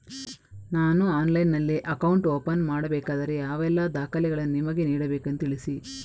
ನಾನು ಆನ್ಲೈನ್ನಲ್ಲಿ account open ಮಾಡಬೇಕಾದರೆ ಯಾವ ಎಲ್ಲ ದಾಖಲೆಗಳನ್ನು ನಿಮಗೆ ನೀಡಬೇಕೆಂದು ತಿಳಿಸಿ?